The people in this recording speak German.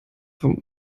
vom